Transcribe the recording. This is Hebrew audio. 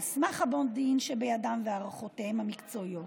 על סמך המודיעין שבידם והערכותיהם המקצועיות.